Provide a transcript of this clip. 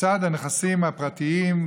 לצד הנכסים הפרטיים,